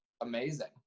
amazing